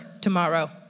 tomorrow